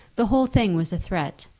the whole thing was a threat,